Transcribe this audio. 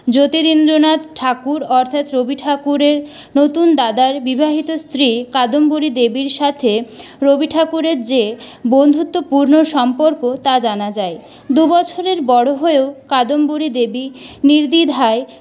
জ্যোতিরিন্দ্রনাথ ঠাকুর অর্থাৎ রবি ঠাকুরের নতুন দাদার বিবাহিত স্ত্রী কাদম্বরী দেবীর সাথে রবি ঠাকুরের যে বন্ধুত্বপূর্ণ সম্পর্ক তা জানা যায় দু বছরের বড়ো হয়েও কাদম্বরী দেবী নির্দিধায়